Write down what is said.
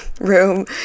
room